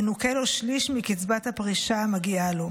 ינוכה לו שליש מקצבת הפרישה המגיעה לו.